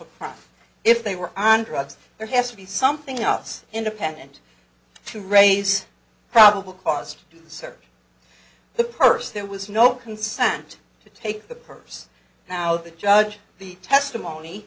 crime if they were on drugs there has to be something us independent to raise probable cause to serve the purse there was no consent to take the purse now the judge the testimony